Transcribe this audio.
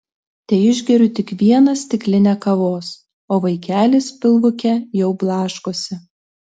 teišgeriu tik vieną stiklinę kavos o vaikelis pilvuke jau blaškosi